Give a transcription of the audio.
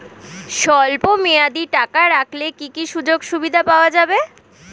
স্বল্পমেয়াদী টাকা রাখলে কি কি সুযোগ সুবিধা পাওয়া যাবে?